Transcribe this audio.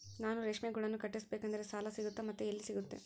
ನಾನು ರೇಷ್ಮೆ ಗೂಡನ್ನು ಕಟ್ಟಿಸ್ಬೇಕಂದ್ರೆ ಸಾಲ ಸಿಗುತ್ತಾ ಮತ್ತೆ ಎಲ್ಲಿ ಸಿಗುತ್ತೆ?